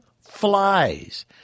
flies